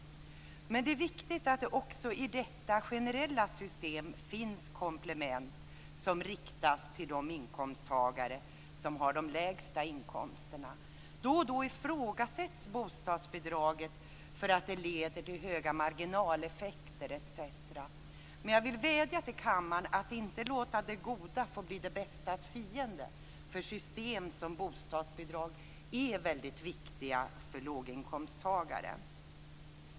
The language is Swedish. Men det är viktigt att det också i detta generella system finns komplement som riktas till de inkomsttagare som har de lägsta inkomsterna. Då och då ifrågasätts bostadsbidraget för att det leder till höga marginaleffekter etc. Men jag vill vädja till kammaren att inte låta det goda få bli det bästas fiende. System som bostadsbidrag är väldigt viktiga för låginkomsttagare.